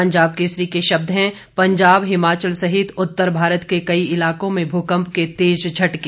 पंजाब केसरी के शब्द हैं पंजाब हिमाचल सहित उत्तर भारत के कई इलाकों में भूकम्प के तेज झटके